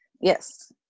Yes